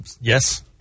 Yes